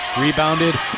Rebounded